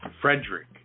frederick